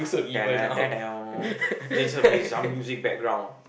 just s~ some music background